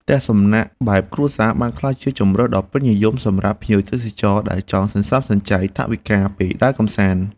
ផ្ទះសំណាក់បែបគ្រួសារបានក្លាយជាជម្រើសដ៏ពេញនិយមសម្រាប់ភ្ញៀវទេសចរដែលចង់សន្សំសំចៃថវិកាពេលដើរកម្សាន្ត។